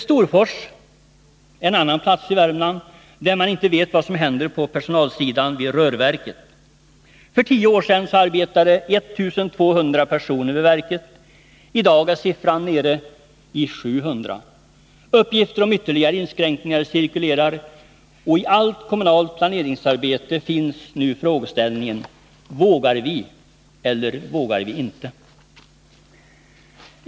I Storfors, en annan plats i Värmland, vet man inte vad som händer på personalsidan vid rörverket. För tio år sedan arbetade 1 200 personer vid verket. I dag är siffran nere i 700. Uppgifter om ytterligare inskränkningar cirkulerar, och i allt kommunalt planeringsarbete finns nu frågeställningen: Vågar vi eller vågar vi inte?